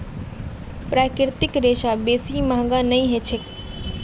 प्राकृतिक रेशा बेसी महंगा नइ ह छेक